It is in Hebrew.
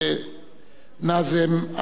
לנאזם,